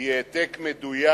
היא העתק מדויק